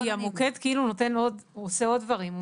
כי המוקד כאילו עושה עוד דברים,